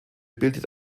bildet